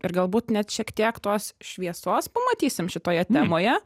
ir galbūt net šiek tiek tos šviesos pamatysim šitoje temoje